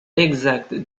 exacte